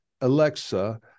Alexa